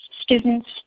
students